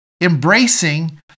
embracing